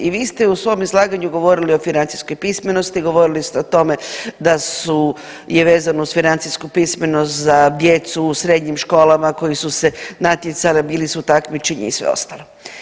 I vi ste u svom izlaganju govorili o financijskoj pismenosti, govorili ste o tome da su je vezano uz financijsku pismenost za djecu u srednjim školama koji su se natjecali, bili su takmičenja i sve ostalo.